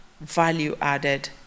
value-added